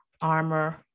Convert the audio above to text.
armor